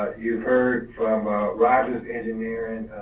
you've heard from rogers engineering,